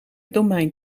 domein